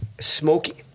smoky